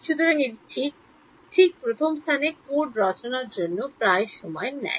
সুতরাং এটি ঠিক ঠিক প্রথম স্থানে কোড রচনার জন্য প্রায় সময় নেয়